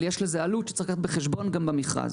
אבל יש לזה עלות שצריך לקחת בחשבון גם במכרז.